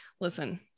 Listen